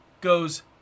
goes